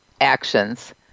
actions